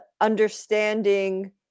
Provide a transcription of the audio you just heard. understanding